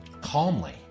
calmly